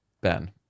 Ben